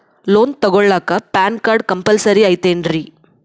Loan ತೊಗೊಳ್ಳಾಕ PAN card compulsory ಐಯ್ತೇನ್ರಿ?